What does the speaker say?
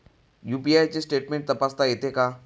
UPI चे statement तपासता येते का?